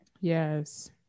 Yes